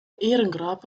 ehrengrab